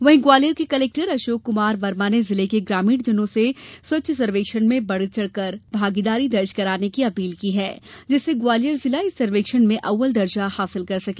वहीं ग्वालियर के कलेक्टर अशोक कुमार वर्मा ने जिले के ग्रामीणजनों से सर्वेक्षण में बढ़ चढ़कर भागीदारी दर्ज कराने की अपील की गई है जिससे ग्वालियर जिला इस सर्वेक्षण में अव्वल दर्जा हासिल कर सके